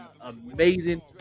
amazing